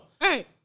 Hey